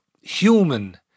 human